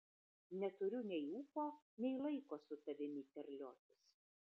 neturiu nei ūpo nei laiko su tavimi terliotis